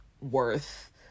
worth